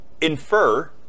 infer